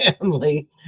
family